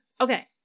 Okay